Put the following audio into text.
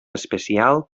especial